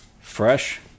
fresh